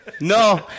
No